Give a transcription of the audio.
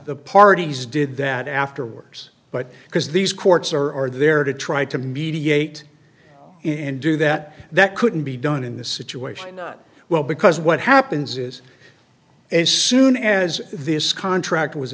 the parties did that after works but because these courts are are there to try to mediate and do that that couldn't be done in this situation not well because what happens is as soon as this contract was